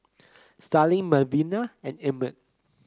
Starling Melvina and Emmett